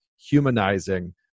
humanizing